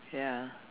ya